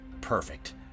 Perfect